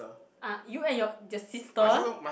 uh you and your your sister